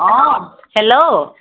অঁ হেল্ল'